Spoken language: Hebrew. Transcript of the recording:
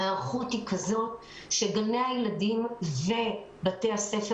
ההיערכות היא כזו שגני הילדים ובתי הספר